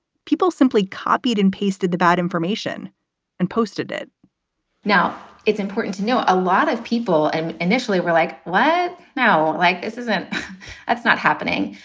people simply copied and pasted the bad information and posted it now, it's important to note a lot of people and initially were like, what? now, like, this isn't that's not happening.